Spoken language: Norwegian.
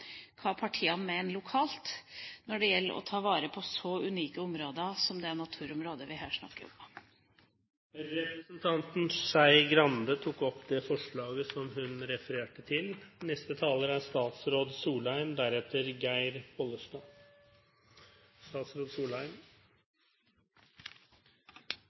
hva partiene mener lokalt, når det gjelder å ta vare på så unike områder som det naturområdet vi her snakker om. Representanten Trine Skei Grande tok opp det forslaget hun refererte til.